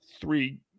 three